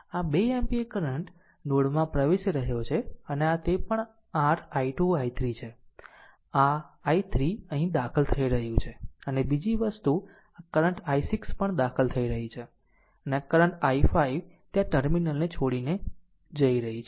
આ આ 2 ampere current node માં પ્રવેશી રહી છે અને આ તે પણ r i2 i3 છે જે આ i3 અહીં દાખલ થઈ રહ્યું છે અને બીજી વસ્તુ આ કરંટ i6 પણ અહીં દાખલ થઈ રહી છે અને આ કરંટ i5 તે આ ટર્મિનલને છોડીને જઇ રહી છે